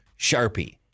Sharpie